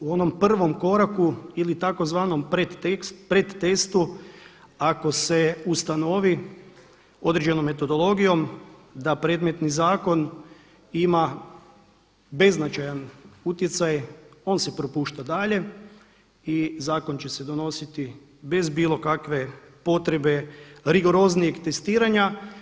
U onom prvom koraku ili tzv. predtestu ako se ustanovi određenom metodologijom da predmetni zakon ima beznačajan utjecaj on se propušta dalje i zakon će se donositi bez bilo kakve potrebe rigoroznijeg testiranja.